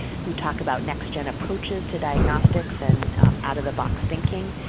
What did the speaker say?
who talked about next gen approaches to diagnostics and out of the box thinking.